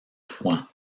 fouan